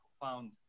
found